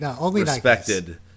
respected